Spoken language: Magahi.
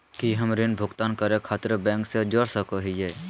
की हम ऋण भुगतान करे खातिर बैंक से जोड़ सको हियै?